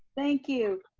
thank you,